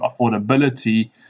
affordability